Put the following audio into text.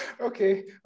okay